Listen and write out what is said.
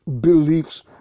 beliefs